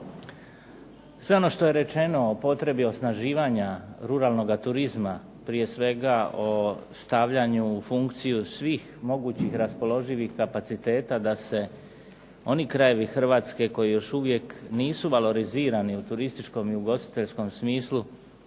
Sve ono što je rečeno o potrebi osnaživanja ruralnoga turizma, prije svega o stavljanju u funkciju svih mogućih raspoloživih kapaciteta, da se oni krajevi Hrvatske koji još uvijek nisu valorizirani u turističkom i ugostiteljskom smislu